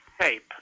tape